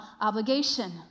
obligation